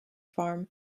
farm